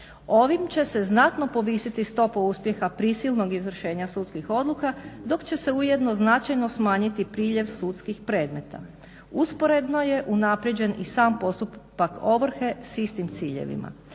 Ovim će se znatno povisiti stopa uspjeha prisilnog izvršenja sudskih odluka, dok će se ujedno značajno smanjiti priljev sudskih predmeta. Usporedno je unaprijeđen i sam postupak ovrhe s istim ciljevima.